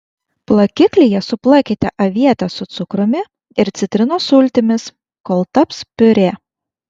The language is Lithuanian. plakiklyje suplakite avietes su cukrumi ir citrinos sultimis kol taps piurė